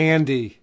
Andy